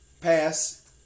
pass